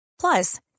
Plus